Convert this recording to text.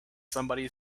somebody